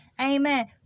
Amen